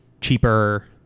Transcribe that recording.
cheaper